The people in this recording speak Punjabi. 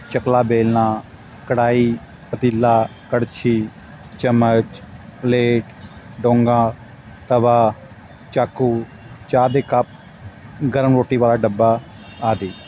ਚਕਲਾ ਵੇਲਨਾ ਕੜਾਈ ਪਤੀਲਾ ਕੜਛੀ ਚਮਚ ਪਲੇਟ ਡੋਂਗਾ ਤਵਾ ਚਾਕੂ ਚਾਹ ਦੇ ਕੱਪ ਗਰਮ ਰੋਟੀ ਵਾਲਾ ਡੱਬਾ ਆਦਿ